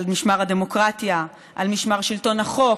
על משמר הדמוקרטיה, על משמר שלטון החוק,